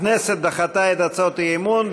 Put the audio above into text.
הכנסת דחתה את הצעות האי-אמון.